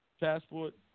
passport